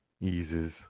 eases